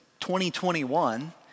2021